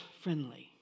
friendly